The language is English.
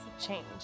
change